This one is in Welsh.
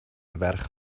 ferch